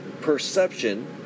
perception